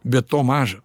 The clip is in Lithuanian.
bet to maža